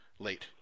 late